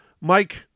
Mike